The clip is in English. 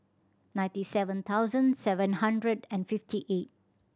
ninety seven thousand seven hundred and fifty eight